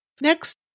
Next